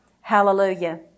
Hallelujah